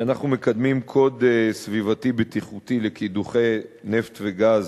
אנחנו מקדמים קוד סביבתי בטיחותי לקידוחי נפט וגז